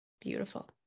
Beautiful